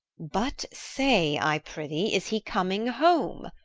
but say, i prithee, is he coming home?